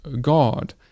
God